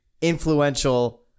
influential